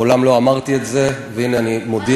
מעולם לא אמרתי את זה, והנה אני מודיע.